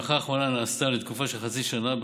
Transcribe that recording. ההארכה האחרונה נעשתה לתקופה של חצי שנה,